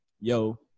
yo